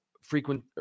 frequent